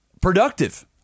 productive